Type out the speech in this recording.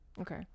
Okay